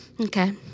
okay